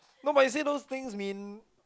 no but you see those things mean